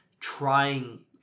trying